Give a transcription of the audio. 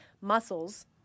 muscles